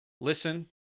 listen